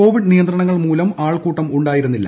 Covid നിയന്ത്രണങ്ങൾ മൂലം ആൾക്കൂട്ടം ഉണ്ടായിരുന്നില്ല